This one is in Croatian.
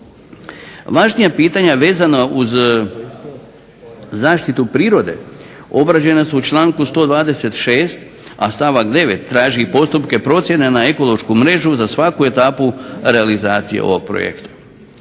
Važnija pitanja vezana uz zaštitu prirode obrađena su u članku 126., a stavak 9. traži postupke procjene na ekološku mrežu za svaku etapu realizacije ovog projekta.